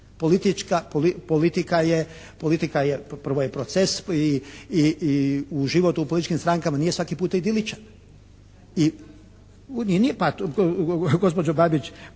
Politika je, prvo je proces i život u političkim strankama nije svaki puta idiličan. I …… /Upadica